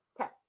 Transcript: Okay